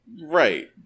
Right